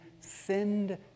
send